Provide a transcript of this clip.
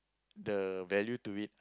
the value to it